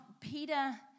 Peter